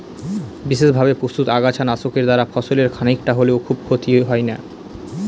বিশেষভাবে প্রস্তুত আগাছা নাশকের দ্বারা ফসলের খানিকটা হলেও খুব ক্ষতি হয় না